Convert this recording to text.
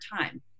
time